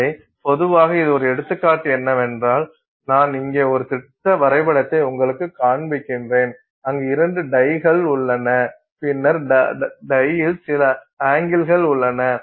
எனவே பொதுவாக இது ஒரு எடுத்துக்காட்டு என்றால் நான் இங்கே ஒரு திட்டவரைபடத்தை உங்களுக்குக் காண்பிக்கிறேன் அங்கு இரண்டு டைகள் உள்ளன பின்னர் டையில் சில ஆங்கில்கள் உள்ளன